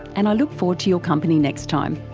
and i look forward to your company next time